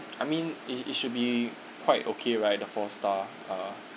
I mean it it should be quite okay right the four star err